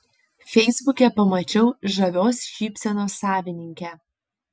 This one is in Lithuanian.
feisbuke pamačiau žavios šypsenos savininkę